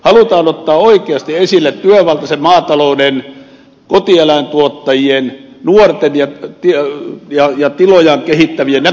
halutaan ottaa oikeasti esille työvaltaisen maatalouden kotieläintuottajien nuorten ja tilojaan kehittävien näkökulma lisämaan saannissa ynnä muuta